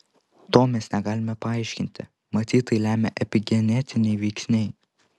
to mes negalime paaiškinti matyt tai lemia epigenetiniai veiksniai